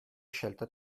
scelta